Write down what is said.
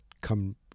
come